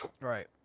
Right